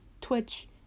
Twitch